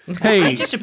Hey